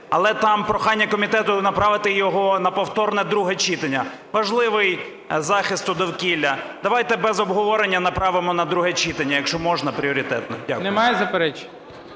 Але там прохання комітету направити його на повторне друге читання, важливий, із захисту довкілля. Давайте без обговорення направимо на друге читання, якщо можна пріоритетно. Дякую.